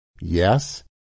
Yes